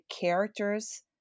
characters